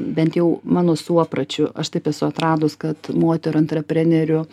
bent jau mano suopračiu aš taip esu atradus kad moterų antreprenerių